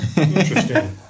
Interesting